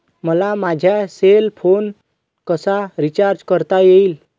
मला माझा cell phone कसा रिचार्ज करता येईल?